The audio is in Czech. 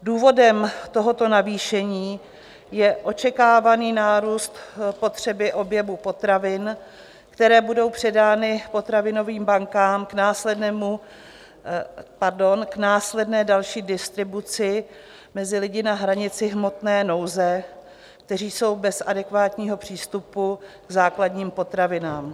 Důvodem tohoto navýšení je očekávaný nárůst potřeby objemu potravin, které budou předány potravinovým bankám k následné další distribuci mezi lidi na hranici hmotné nouze, kteří jsou bez adekvátního přístupu k základním potravinám.